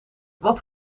wat